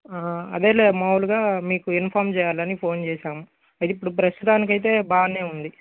అదేలే మాములుగా మీకు ఇన్ఫర్మ్ చెయ్యాలని ఫోన్ చేసాము అయితే ఇప్పుడు ప్రస్తుతానికైతే బాగానే ఉంది